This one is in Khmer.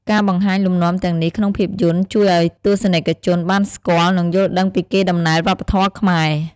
ការបង្ហាញលំនាំទាំងនេះក្នុងភាពយន្ត ជួយឱ្យទស្សនិកជនបានស្គាល់ និងយល់ដឹងពីកេរដំណែលវប្បធម៌ខ្មែរ។